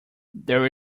there